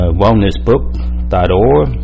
wellnessbook.org